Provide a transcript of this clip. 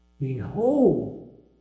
behold